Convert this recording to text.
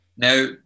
Now